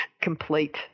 complete